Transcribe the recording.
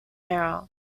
era